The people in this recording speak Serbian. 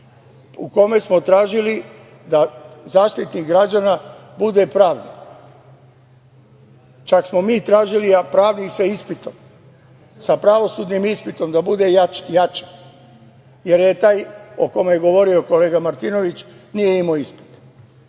u kome smo tražili da Zaštitnik građana bude pravnik. Čak smo mi tražili, pravnik sa pravosudnim ispitom da bude jače, jer taj o kome je govorio kolega Martinović, nije imao ispit,